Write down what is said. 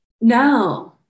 No